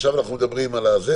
עכשיו אנחנו מדברים על זה,